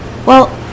Well